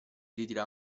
ritira